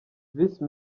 visi